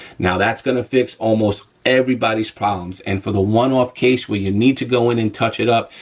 now that's gonna fix almost everybody's problems, and for the one-off case where you need to go in and touch it up,